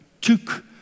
took